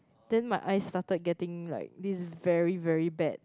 then my eyes started getting like this very very bad